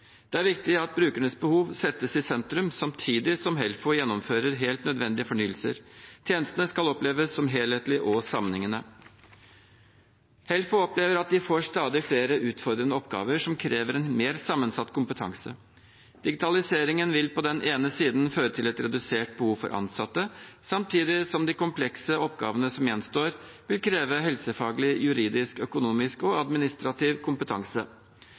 Det er viktig at brukernes behov settes i sentrum, samtidig som Helfo gjennomfører helt nødvendige fornyelser. Tjenestene skal oppleves som helhetlige og sammenhengende. Helfo opplever at de får stadig flere utfordrende oppgaver som krever en mer sammensatt kompetanse. Digitaliseringen vil på den ene siden føre til et redusert behov for ansatte, samtidig som de komplekse oppgavene som gjenstår, vil kreve helsefaglig, juridisk, økonomisk og administrativ kompetanse.